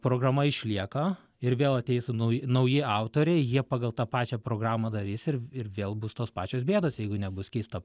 programa išlieka ir vėl ateis nauji nauji autoriai jie pagal tą pačią programą darys ir ir vėl bus tos pačios bėdos jeigu nebus keista